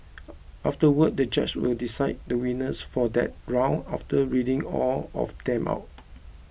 afterwards the judge will decide the winner for that round after reading all of them out